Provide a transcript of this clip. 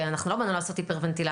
אנחנו לא באנו לעשות ונטילציה.